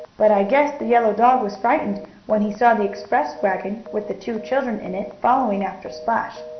but i guess the yellow dog was frightened when he saw the express wagon, with the two children in it, following after splash.